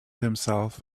himself